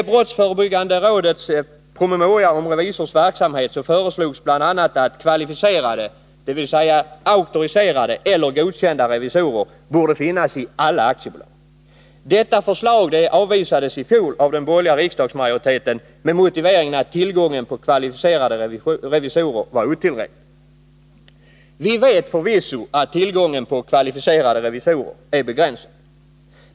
I Brottsförebyggande rådets promemoria om revisors verksamhet föreslogs bl.a. att kvalificerade, dvs. auktoriserade eller godkända, revisorer borde finnas i alla aktiebolag. Detta förslag avvisades i fjol av den borgerliga riksdagsmajoriteten med motiveringen att tillgången på kvalificerade revisorer var otillräcklig. Vi vet förvisso att tillgången på kvalificerade revisorer är begränsad.